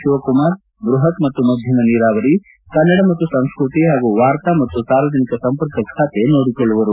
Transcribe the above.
ಶಿವಕುಮಾರ್ ಬೃಹತ್ ಮತ್ತು ಮಧ್ಯಮ ನೀರಾವರಿ ಕನ್ನಡ ಮತ್ತು ಸಂಸ್ಟತಿ ಹಾಗೂ ವಾರ್ತಾ ಮತ್ತು ಸಾರ್ವಜನಿಕ ಸಂಪರ್ಕ ಖಾತೆ ನೋಡಕೊಳ್ಳುವರು